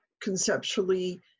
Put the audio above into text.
conceptually